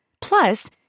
Plus